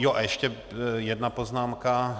A ještě jedna poznámka.